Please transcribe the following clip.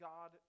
God